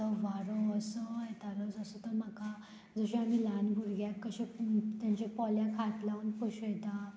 वारो असो येतालो जसो तो म्हाका जशें आमी ल्हान भुरग्यांक कशें तांचे पोल्याक हात लावन पोशयता